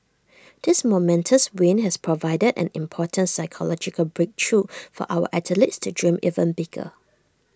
this momentous win has provided an important psychological breakthrough for our athletes to dream even bigger